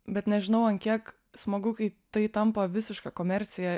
bet nežinau an kiek smagu kai tai tampa visiška komercija